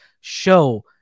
show